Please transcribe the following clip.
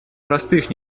простых